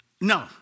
No